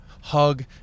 hug